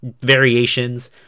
variations